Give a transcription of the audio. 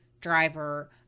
driver